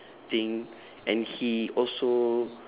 thing and he also